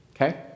okay